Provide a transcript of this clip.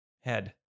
Head